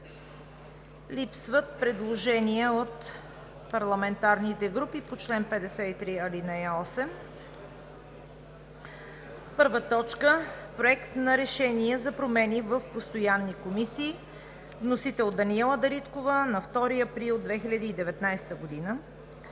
Липсват предложения от парламентарните групи по чл. 53, ал. 8. „1. Проекти на решения за промени в постоянни комисии. Вносител е Даниела Дариткова на 2 април 2019 г.